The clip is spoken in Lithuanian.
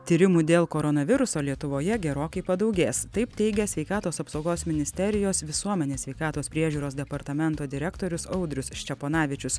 tyrimų dėl koronaviruso lietuvoje gerokai padaugės taip teigia sveikatos apsaugos ministerijos visuomenės sveikatos priežiūros departamento direktorius audrius ščeponavičius